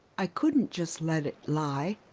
i couldn't just let it lie,